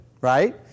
right